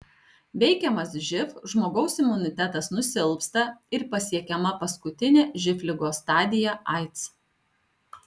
veikiamas živ žmogaus imunitetas nusilpsta ir pasiekiama paskutinė živ ligos stadija aids